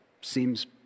Seems